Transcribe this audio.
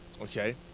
okay